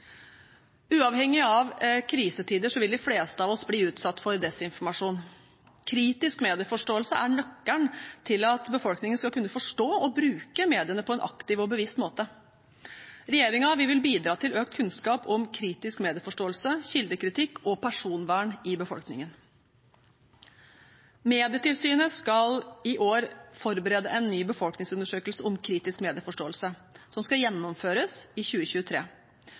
Uavhengig av krisetider vil de fleste av oss bli utsatt for desinformasjon. Kritisk medieforståelse er nøkkelen til at befolkningen skal kunne forstå og bruke mediene på en aktiv og bevisst måte. Vi i regjeringen vil bidra til økt kunnskap om kritisk medieforståelse, kildekritikk og personvern i befolkningen. Medietilsynet skal i år forberede en ny befolkningsundersøkelse om kritisk medieforståelse, som skal gjennomføres i 2023.